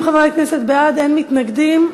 20 חברי כנסת בעד, אין מתנגדים.